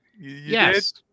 Yes